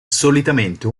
solitamente